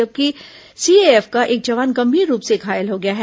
जबकि सीएएफ का एक जवान गंभीर रूप से घायल हो गया है